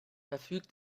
verfügt